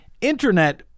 Internet